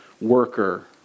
worker